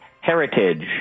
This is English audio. heritage